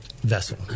vessel